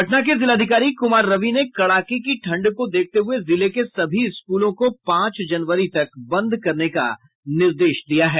पटना के जिलाधिकारी कुमार रवि ने कड़ाके की ठंड को देखते हुए जिले के सभी स्कूलों को पांच जनवरी तक बंद करने का निर्देश दिया है